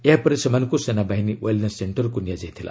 ଏହାପରେ ସେମାନଙ୍କୁ ସେନାବାହିନୀ ଓ୍ବେଲ୍ନେସ୍ ସେକ୍ଷରକୁ ନିଆଯାଇଥିଲା